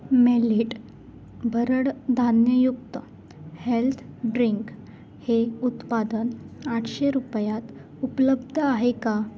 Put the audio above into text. मेलिट भरड धान्ययुक्त health drink हे उत्पादन आठशे रुपयात उपलब्ध आहे का